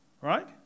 Right